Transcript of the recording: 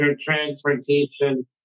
transportation